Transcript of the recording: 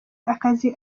akazi